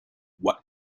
what